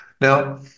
now